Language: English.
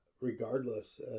regardless